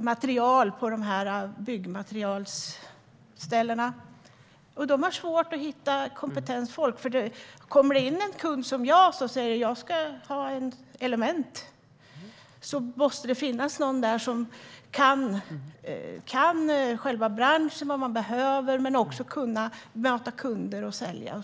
byggmaterial. Handlarna har svårt att hitta kompetent folk. Kommer det in kund som jag och säger "jag ska ha ett element" måste det finnas någon där som kan branschen, vet vad jag behöver och kan möta kunder och sälja.